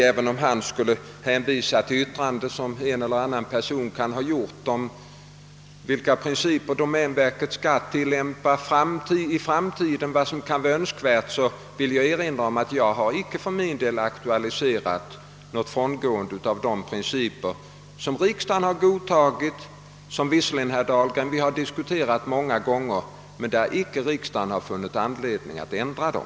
Även om han hänvisar till yttranden som en eller annan person kar ha fällt om vilka principer det är önskvärt att domänverket 'framdeles skall tillämpa, vill jag erinra om att jag icke har aktualiserat något frångående av de principer som riksdagen har godtagit. Visserligen har vi, herr Dahlgren, diskuterat dem många gånger, men riksdagen har icke funnit anledning att ändra dem.